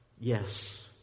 Yes